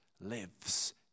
lives